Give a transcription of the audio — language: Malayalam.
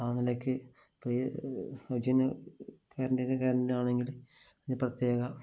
ആ നിലയ്ക്ക് പുതിയ സൗജന്യകറന്റ്റിന് കറന്റ് ആണെങ്കിലും ഒരു പ്രത്യേക